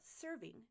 serving